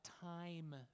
time